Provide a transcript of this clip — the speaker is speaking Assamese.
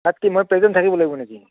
তাত কি মই প্ৰেজেণ্ট থাকিব লাগিব নেকি